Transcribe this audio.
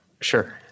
Sure